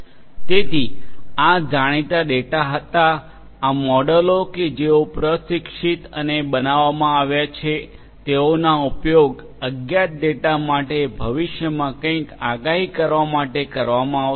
તેથી આ જાણીતા ડેટા હતા આ મોડેલો કે જેઓ પ્રશિક્ષિત અને બનાવવામાં આવ્યા છે તેઓનો ઉપયોગ અજ્ઞાત ડેટા માટે ભવિષ્યમાં કંઈક આગાહી કરવા માટે કરવામાં આવશે